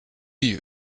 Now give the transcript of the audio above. you